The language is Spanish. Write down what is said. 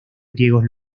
griegos